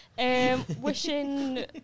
Wishing